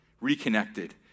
reconnected